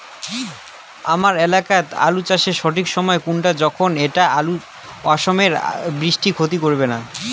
হামার এলাকাত আলু চাষের সঠিক সময় কুনটা যখন এইটা অসময়ের বৃষ্টিত ক্ষতি হবে নাই?